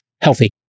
healthy